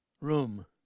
Room